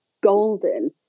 golden